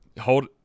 hold